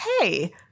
hey